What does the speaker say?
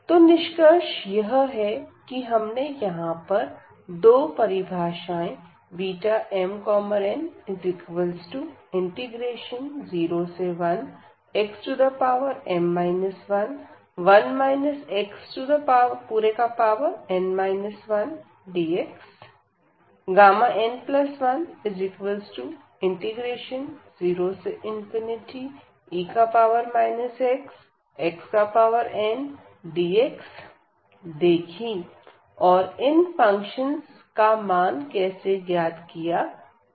तो निष्कर्ष यह है कि हमने यहां पर दो परिभाषाएं Bmn01xm 11 xn 1dx n10e xxndx देखी और इन फंक्शंस का मान कैसे ज्ञात किया जाए